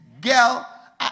girl